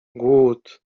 głód